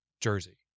Jersey